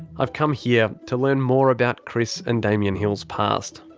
i've come here to learn more about chris and damien hill's past.